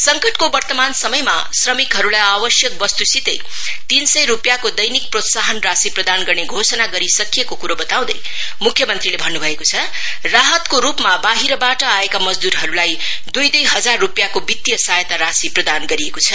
संकटको वर्तमान समयमा श्रमिकहरुलाई आवश्यक वस्तु सितै तीन सय रुपियाँको दैनिक प्रोत्साहन राशि प्रदान गर्ने घोषणा गरिसकिएको कुरो बताउँदै मुख्य मंत्रीले भन्नभयो राहतको रुपमा बाहिरबाट आएका मजद्रहरुलाई दुई दुई हजार रुपियाँको वित्तीय सहायता राशि प्रदान गरिएको छ